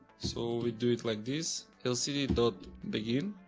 so we do it like this lcd and begin